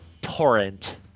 torrent